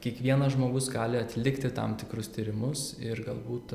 kiekvienas žmogus gali atlikti tam tikrus tyrimus ir galbūt